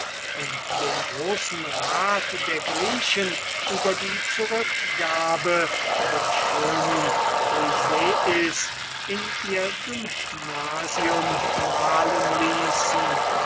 und den großen rat der griechen über die zurückgabe de schönen chryseis in ihre akademie malen ließen